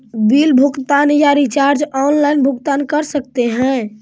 Bill भुगतान या recharge online भुगतान कर सकते हैं?